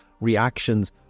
reactions